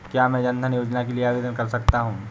क्या मैं जन धन योजना के लिए आवेदन कर सकता हूँ?